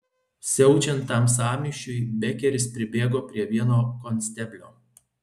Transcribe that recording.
siaučiant tam sąmyšiui bekeris pribėgo prie vieno konsteblio